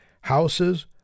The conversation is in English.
houses